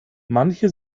manche